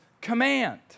command